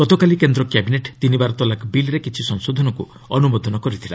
ଗତକାଲି କେନ୍ଦ୍ର କ୍ୟାବିନେଟ୍ ତିନିବାର ତଲାକ୍ ବିଲ୍ରେ କିଛି ସଂଶୋଧନକୁ ଅନୁମୋଦନ କରିଥିଲା